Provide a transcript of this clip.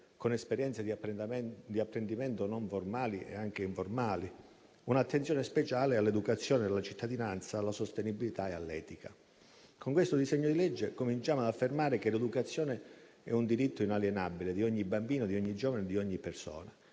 con esperienze di apprendimento non formali e anche informali, un'attenzione speciale all'educazione alla cittadinanza, alla sostenibilità e all'etica. Con questo disegno di legge cominciamo ad affermare che l'educazione è un diritto inalienabile di ogni bambino, di ogni giovane, di ogni persona,